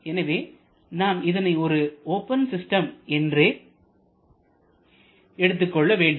எனவே நாம் இதனை ஒரு ஓபன் சிஸ்டம் என்றே எடுத்துக்கொள்ள வேண்டும்